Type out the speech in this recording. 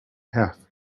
half